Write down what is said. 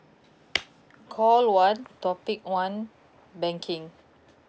call one topic one banking